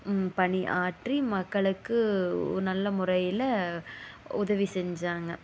ம் பணி ஆற்றி மக்களுக்கு ஒரு நல்ல முறையில உதவி செஞ்சாங்க